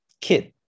kid